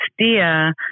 steer